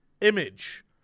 image